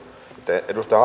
edustaja